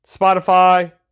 Spotify